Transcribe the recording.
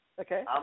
Okay